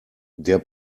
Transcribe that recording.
der